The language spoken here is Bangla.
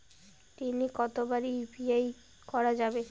দিনে কতবার ইউ.পি.আই করা যাবে?